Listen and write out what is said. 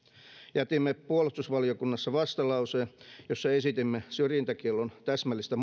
jätimme puolustusvaliokunnassa vastalauseen jossa esitimme syrjintäkiellon täsmällistä